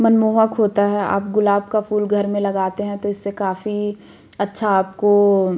मनमोहक होता है आप गुलाब का फूल घर में लगाते हैं तो इससे काफ़ी अच्छा आपको